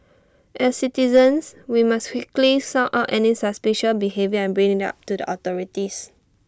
as citizens we must quickly sound out any suspicious behaviour and bring IT up to the authorities